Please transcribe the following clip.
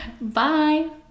bye